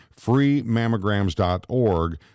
freemammograms.org